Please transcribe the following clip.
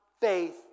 faith